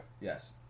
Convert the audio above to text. Yes